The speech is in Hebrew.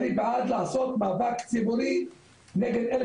אני בעד לעשות מאבק ציבורי נגד אלה